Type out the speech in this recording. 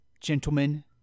Gentlemen